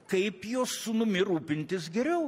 kaip jo sūnumi rūpintis geriau